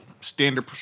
standard